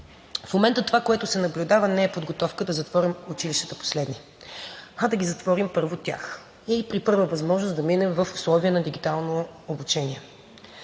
В момента това, което се наблюдава, не е подготовка да затворим училищата последни, а да ги затворим първо тях и при първа възможност да минем в условия на дигитално обучение.